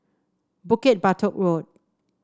Bukit Batok Road